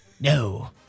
No